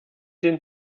den